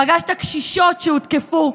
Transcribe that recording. פגשת קשישות שהותקפו,